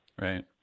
Right